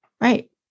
right